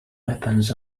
weapons